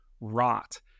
rot